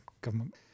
government